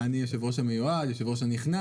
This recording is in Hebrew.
הנושא הראשון הבוקר,